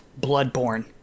Bloodborne